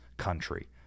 country